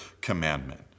commandment